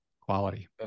Quality